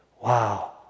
wow